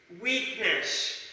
weakness